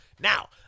Now